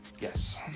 Yes